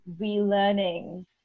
relearning